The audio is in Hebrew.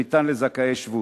שניתן לזכאי שבות,